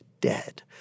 dead